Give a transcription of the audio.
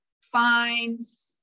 fines